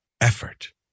effort